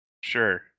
Sure